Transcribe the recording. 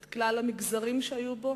את כלל המגזרים שבה.